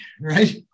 right